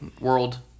world